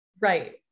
Right